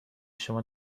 شما